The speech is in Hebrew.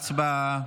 הצבעה.